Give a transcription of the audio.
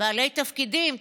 בעלי תפקידים,